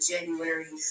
January